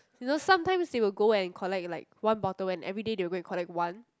you know sometimes they will go and collect like one bottle and everyday they will go and collect one